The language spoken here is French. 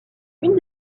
une